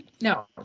no